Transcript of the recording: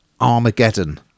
Armageddon